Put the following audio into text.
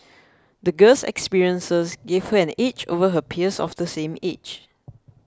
the girl's experiences gave her an edge over her peers of the same age